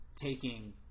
taking